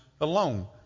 alone